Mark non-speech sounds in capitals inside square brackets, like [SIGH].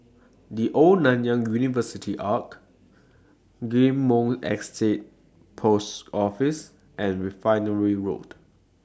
[NOISE] The Old Nanyang University Arch Ghim Moh Estate Post Office and Refinery Road